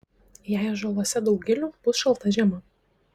jei ąžuoluose daug gilių bus šalta žiema